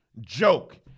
joke